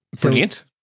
Brilliant